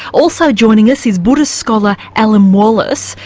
also joining us is buddhist scholar alan wallace,